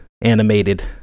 animated